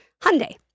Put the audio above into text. Hyundai